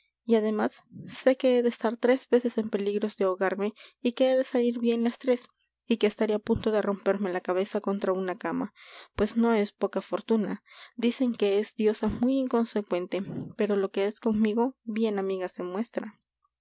y ademas sé que he de estar tres veces en peligros de ahogarme y que he de salir bien las tres y que estaré á punto de romperme la cabeza contra una cama pues no es poca fortuna dicen que es diosa muy inconsecuente pero lo que es conmigo bien amiga se muestra